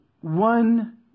one